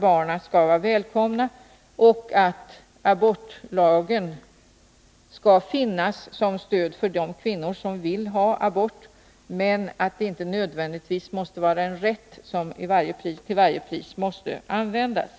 Barnen skall vara välkomna, och abortlagen skall finnas som stöd för de kvinnor som vill ha abort, men det måste inte nödvändigtvis vara en rätt som till varje pris skall användas.